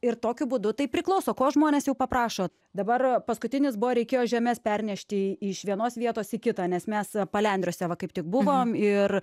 ir tokiu būdu tai priklauso ko žmonės jau paprašo dabar paskutinis buvo reikėjo žemes pernešti iš vienos vietos į kitą nes mes palendriuose va kaip tik buvom ir